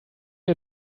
you